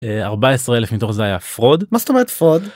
14 אלף מתוך זה היה פרוד מה זאת אומרת פרוד.